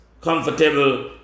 comfortable